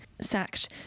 sacked